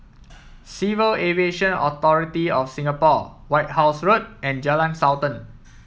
Civil Aviation Authority of Singapore White House Road and Jalan Sultan